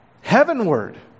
Heavenward